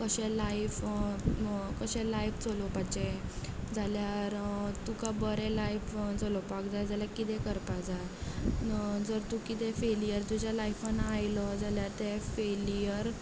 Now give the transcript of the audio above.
कशें लायफ कशें तुजें लायफ चलोवपाचें जाल्यार तुका बरें लायफ चलोवपाक जाय जाल्यार किदें करपा जाय जर तूं किदेंय फेलीयर तुज्या लायफान आयलो जाल्यार तें फेल्युयर